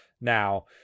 Now